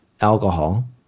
alcohol